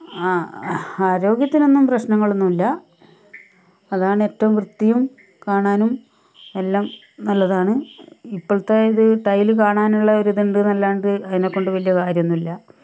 ആ ആരോഗ്യത്തിനൊന്നും പ്രശ്നങ്ങള് ഒന്നും ഇല്ല അതാണ് ഏറ്റവും വ്യത്തിയും കാണാനും എല്ലാം നല്ലതാണ് ഇപ്പോഴത്തെ ഇത് ടൈല് കാണാനുള്ള ഒരിതുണ്ട് എന്നല്ലാണ്ട് അതിനെക്കൊണ്ട് വലിയ കാര്യമൊന്നും ഇല്ല